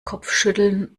kopfschütteln